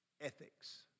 ethics